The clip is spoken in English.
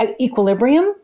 equilibrium